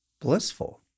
blissful